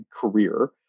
career